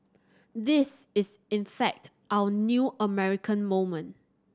this is in fact our new American moment